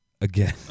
again